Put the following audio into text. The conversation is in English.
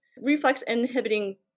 reflex-inhibiting